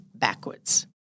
backwards